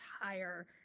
higher